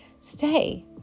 stay